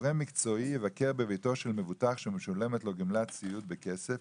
"גורם מקצועי יבקר בביתו של מבוטח שמשולמת לו גמלת סיעוד בכסף,